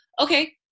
Okay